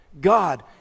God